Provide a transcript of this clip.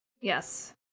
Yes